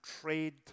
trade